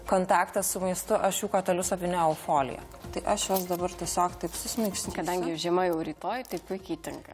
kontaktas su maistu aš jų kotelius apvyniojau folija tai aš juos dabar tiesiog taip susmaigstysiu kadangi žiema jau rytoj tai puikiai tinka